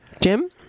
Jim